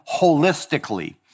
holistically